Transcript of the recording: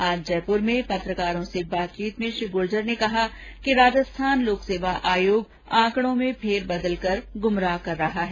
आज जयपुर में पत्रकारों से बातचीत में श्री गुर्जर ने कहा कि राजस्थान लोक सेवा आयोग आंकड़ों में फेरबदल कर गुमराह कर रहा है